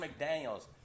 McDaniels